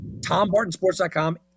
TomBartonSports.com